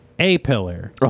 A-pillar